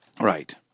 Right